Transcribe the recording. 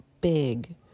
big